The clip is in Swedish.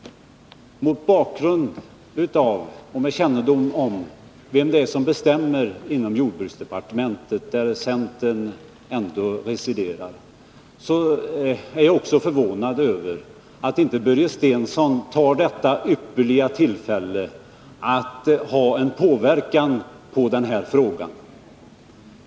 Mot bakgrund av och med kännedom om vem som bestämmer inom jordbruksdepartementet, där centern ändå residerar, förvånar det mig också att Börje Stensson inte tar detta ypperliga tillfälle i akt att utöva påverkan i detta ärende.